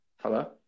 Hello